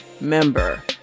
member